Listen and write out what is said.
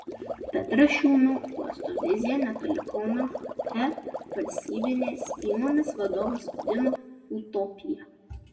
petrašiūnų uosto viziją netoli kauno he valstybinės įmonės vadovas vadino utopija